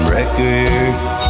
records